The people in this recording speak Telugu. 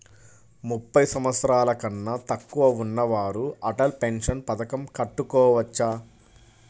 ముప్పై సంవత్సరాలకన్నా తక్కువ ఉన్నవారు అటల్ పెన్షన్ పథకం కట్టుకోవచ్చా?